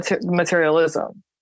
materialism